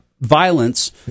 violence